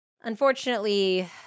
Unfortunately